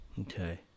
okay